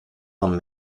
van